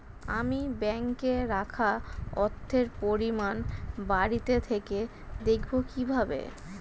আমি ব্যাঙ্কে রাখা অর্থের পরিমাণ বাড়িতে থেকে দেখব কীভাবে?